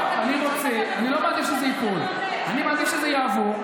אני לא מעדיף שזה ייפול, אני מעדיף שזה יעבור,